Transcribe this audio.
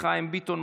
חיים ביטון,